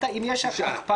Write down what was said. אם יש הקפאה,